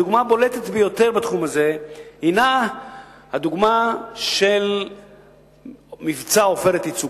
הדוגמה הבולטת ביותר בתחום הזה היא הדוגמה של מבצע "עופרת יצוקה".